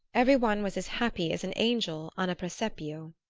every one was as happy as an angel on a presepio.